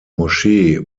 moschee